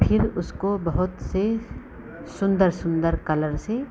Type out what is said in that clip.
फ़िर उसको बहुत सी सुंदर सुंदर कलर से